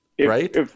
right